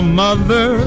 mother